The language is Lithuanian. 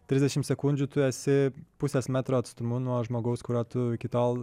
trisdešimt sekundžių tu esi pusės metro atstumu nuo žmogaus kurio tu iki tol